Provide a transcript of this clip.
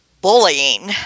bullying